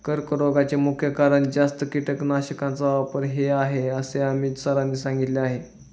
कर्करोगाचे मुख्य कारण जास्त कीटकनाशकांचा वापर हे आहे असे अमित सरांनी सांगितले